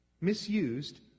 misused